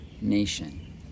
nation